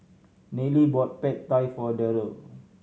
Nealie bought Pad Thai for Darryle